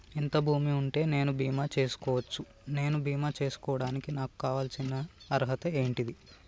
ఎంత భూమి ఉంటే నేను బీమా చేసుకోవచ్చు? నేను బీమా చేసుకోవడానికి నాకు కావాల్సిన అర్హత ఏంటిది?